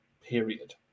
period